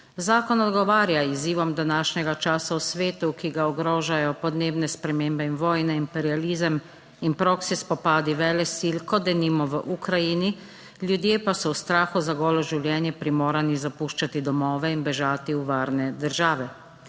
Zakon odgovarja izzivom današnjega časa v svetu, ki ga ogrožajo podnebne spremembe in vojne, imperializem in praksi, spopadi velesil, kot denimo v Ukrajini, ljudje pa so v strahu za golo življenje primorani zapuščati domove in bežati v varne države.